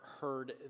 heard